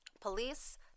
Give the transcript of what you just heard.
police